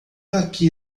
aqui